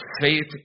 faith